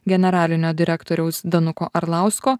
generalinio direktoriaus danuko arlausko